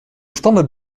standaard